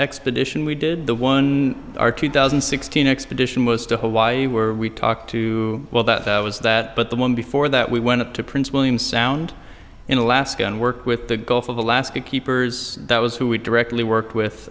expedition we did the one our two thousand and sixteen expedition was to hawaii were we talked to well that was that but the one before that we went up to prince william sound in alaska and work with the gulf of alaska keepers that was who we directly worked with